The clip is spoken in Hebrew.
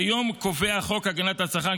כיום קובע חוק הגנת הצרכן,